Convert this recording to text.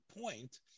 point